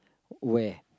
where